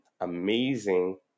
amazing